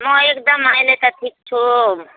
म एकदम अहिले त ठिक छु